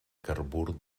carbur